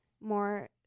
more